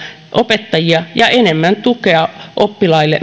opettajia ja enemmän tukea oppilaille